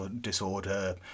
disorder